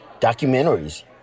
documentaries